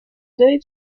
day